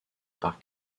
par